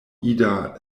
ida